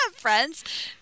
friends